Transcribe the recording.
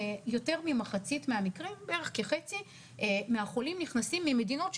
יותר ממחצית מהחולים נכנסים ממדינות,